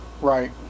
Right